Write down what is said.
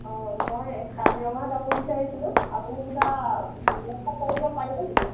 অঁ মই কাজিৰঙা যাব বিচাৰিছিলোঁ আপুনি কিবা ব্যৱস্থা কৰিব পাৰিব নেকি